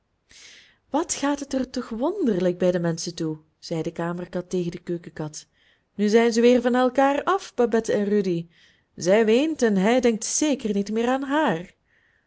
wat gaat het toch wonderlijk bij de menschen toe zei de kamerkat tegen de keukenkat nu zijn zij weer van elkaar af babette en rudy zij weent en hij denkt zeker niet meer aan haar